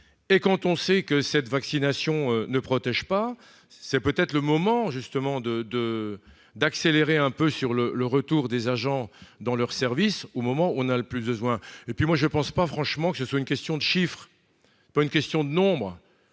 et quand on sait que cette vaccination ne protège pas, c'est peut-être le moment justement de, de, d'accélérer un peu sur le le retour des agents dans leur service au moment où on a le plus besoin et puis moi je pense pas franchement que ce soit une question de chiffres pour une question de nombre,